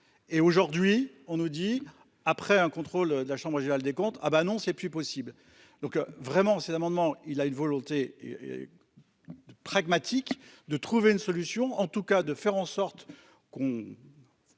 Et aujourd'hui on nous dit après un contrôle de la chambre régionale des comptes. Ah bah non, c'est plus possible. Donc vraiment c'est l'amendement. Il a une volonté. Pragmatique, de trouver une solution en tout cas de faire en sorte qu'on.--